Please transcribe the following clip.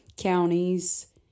counties